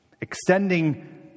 extending